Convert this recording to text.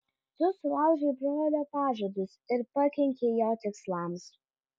tu sulaužei brolio pažadus ir pakenkei jo tikslams